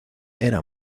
era